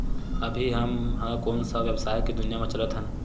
अभी हम ह कोन सा व्यवसाय के दुनिया म चलत हन?